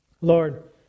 Lord